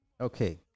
Okay